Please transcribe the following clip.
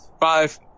Five